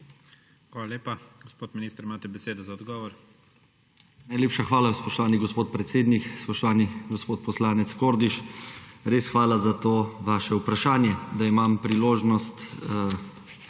Hvala lepa. Gospod minister, imate besedo za odgovor. **JANEZ CIGLER KRALJ:** Najlepša hvala, spoštovani gospod predsednik. Spoštovani gospod poslanec Kordiš, res hvala za to vaše vprašanje, da imam priložnost